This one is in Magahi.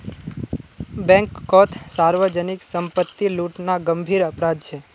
बैंककोत सार्वजनीक संपत्ति लूटना गंभीर अपराध छे